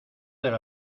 del